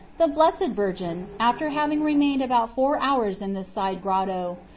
the blessed virgin, after having remained about four hours in this side grotto,